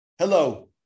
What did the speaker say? Hello